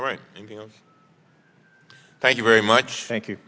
right thank you very much thank you